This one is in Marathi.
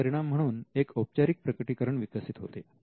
याचा परिणाम म्हणून एक औपचारिक प्रकटीकरण विकसित होते